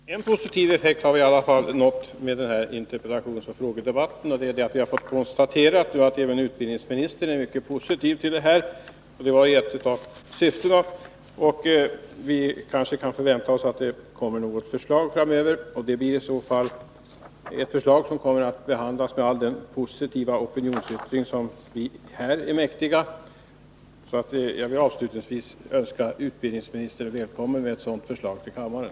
Herr talman! En positiv effekt har vi alla fall nått med den här interpellationsoch frågedebatten, och det är att vi kunnat konstatera att även utbildningsministern är mycket positiv till denna fråga. Det var ett av syftena. Vi kanske kan förvänta oss att det kommer något förslag framöver. Det blir i så fall ett förslag som kommer att behandlas med all den positiva opinionsyttring som vi här är mäktiga. Jag vill avslutningsvis önska utbildningsministern välkommen med ett sådant förslag i kammaren.